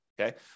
okay